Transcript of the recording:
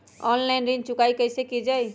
Online ऋण चुकाई कईसे की ञाई?